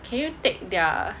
can you take their